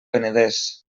penedès